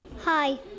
Hi